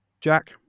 Jack